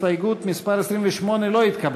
הסתייגות מס' 28 לא נתקבלה.